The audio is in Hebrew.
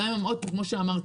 עוד פעם, כמו שאמרתי,